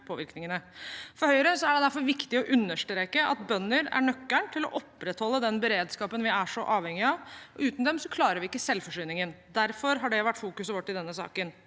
For Høyre er det derfor viktig å understreke at bønder er nøkkelen til å opprettholde den beredskapen vi er så avhengige av. Uten dem klarer vi ikke selvforsyningen. Derfor har det vært fokuset vårt i denne saken.